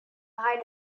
hide